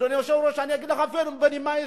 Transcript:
אדוני היושב-ראש, אגיד לך אפילו, בנימה אישית,